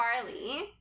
Carly